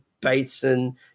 Bateson